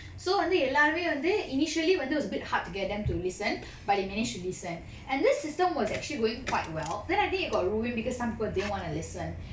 so வந்து எல்லாருமே வந்து:vanthu ellarume vanthu initially வந்து:vanthu it was a bit hard to get them to listen but they manage to listen and this system was actually going quite well then I think it got ruined because some people didn't want to listen